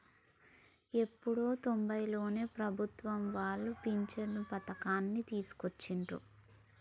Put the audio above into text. ఎప్పుడో తొంబైలలోనే ప్రభుత్వం వాళ్ళు పించను పథకాన్ని తీసుకొచ్చిండ్రు